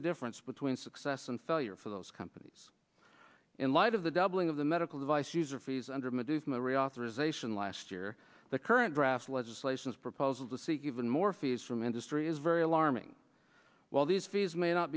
the difference between success and failure for those companies in light of the doubling of the medical device user fees under maduka reauthorization last year the current draft legislation is proposals to see even more fees from industry is very alarming while these fees may not